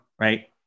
Right